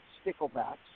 sticklebacks